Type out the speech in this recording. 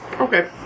Okay